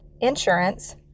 insurance